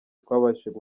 twabashije